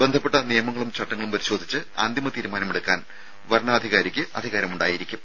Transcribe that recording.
ബന്ധപ്പെട്ട നിയമങ്ങളും ചട്ടങ്ങളും പരിശോധിച്ച് അന്തിമ തീരുമാനമെടുക്കാൻ വരണാധികാരികൾക്ക് അധികാരമുണ്ടായിരിക്കും